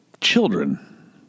children